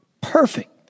perfect